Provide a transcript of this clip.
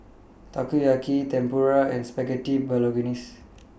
Takoyaki Tempura and Spaghetti Bolognese